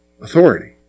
authority